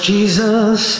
Jesus